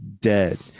dead